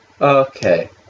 okay